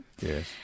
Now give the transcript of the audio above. Yes